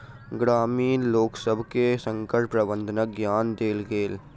ग्रामीण लोकसभ के संकट प्रबंधनक ज्ञान देल गेल